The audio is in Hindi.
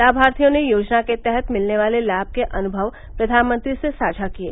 लामार्थियों ने योजना के तहत मिलने वाले लाम के अनुभव प्रधानमंत्री से साझा किये